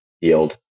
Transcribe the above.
yield